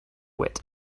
wit